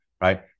right